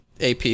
AP